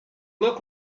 look